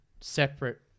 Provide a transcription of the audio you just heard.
separate